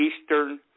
eastern